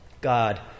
God